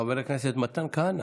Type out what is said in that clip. חבר הכנסת מתן כהנא.